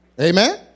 Amen